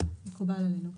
לניירות